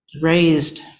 raised